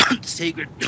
sacred